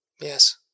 Yes